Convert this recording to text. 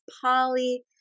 Polly